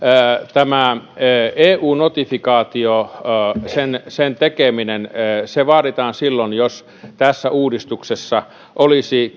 tämä eu notifikaatio sen sen tekeminen vaaditaan silloin jos tässä uudistuksessa olisi